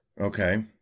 Okay